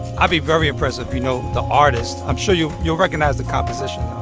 i'd be very impressed if you know the artist. i'm sure you you recognize the composition,